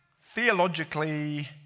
theologically